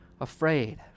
afraid